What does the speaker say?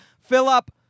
fill-up